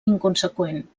inconseqüent